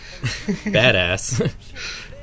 badass